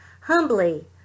Humbly